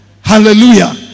hallelujah